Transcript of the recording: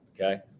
Okay